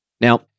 Now